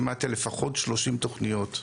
שמעתי לפחות 30 תוכניות.